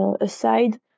aside